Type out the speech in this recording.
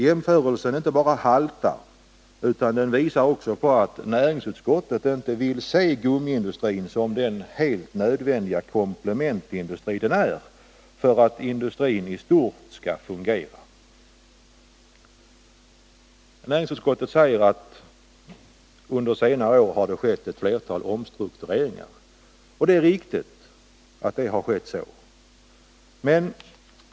Jämförelsen inte bara haltar, den visar också att näringsutskottet inte vill se gummiindustrin som den helt nödvändiga komplementindustri den är för att industrin i stort skall fungera. Utskottet säger att det under senare år har skett ett flertal omstruktureringar. Det är riktigt.